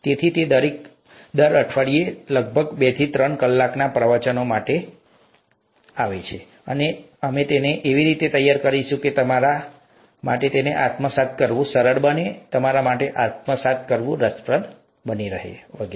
તેથી તે દર અઠવાડિયે લગભગ બે થી ત્રણ કલાકના પ્રવચનો માટે આવે છે અને અમે તેને એવી રીતે તૈયાર કરીશું કે તમારા માટે તેને આત્મસાત કરવું સરળ બને તમારા માટે આત્મસાત કરવું રસપ્રદ રહેશે વગેરે